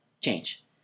change